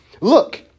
look